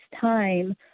time